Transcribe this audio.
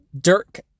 Dirk